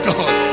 God